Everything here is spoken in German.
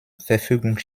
verfügung